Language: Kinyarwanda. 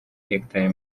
hegitari